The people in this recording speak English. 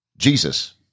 Jesus